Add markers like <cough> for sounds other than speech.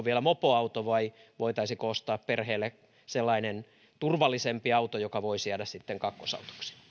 <unintelligible> vielä mopoauto vai voitaisiinko ostaa perheelle sellainen turvallisempi auto joka voisi sitten